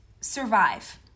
survive